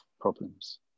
problems